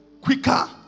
quicker